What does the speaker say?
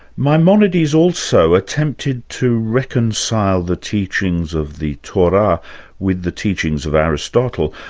maimonides also attempted to reconcile the teachings of the torah with the teachings of aristotle.